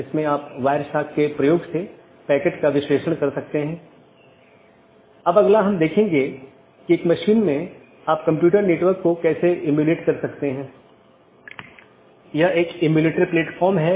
इसका मतलब है कि BGP का एक लक्ष्य पारगमन ट्रैफिक की मात्रा को कम करना है जिसका अर्थ है कि यह न तो AS उत्पन्न कर रहा है और न ही AS में समाप्त हो रहा है लेकिन यह इस AS के क्षेत्र से गुजर रहा है